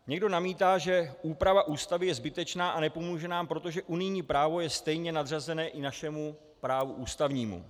Někdo namítá, že úprava Ústavy je zbytečná a nepomůže nám, protože unijní právo je stejně nadřazené i našemu právu ústavnímu.